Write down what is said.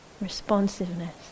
responsiveness